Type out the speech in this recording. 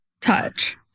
touch